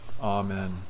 Amen